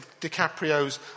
DiCaprio's